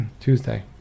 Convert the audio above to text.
tuesday